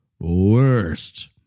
worst